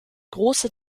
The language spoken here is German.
große